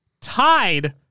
tied